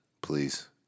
Please